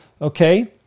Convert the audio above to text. Okay